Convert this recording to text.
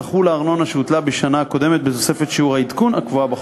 תחול הארנונה שהוטלה בשנה הקודמת בתוספת שיעור העדכון הקבוע בחוק.